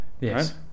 yes